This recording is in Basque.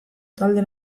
talde